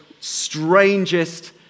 strangest